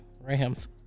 Rams